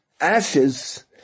ashes